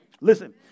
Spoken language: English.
Listen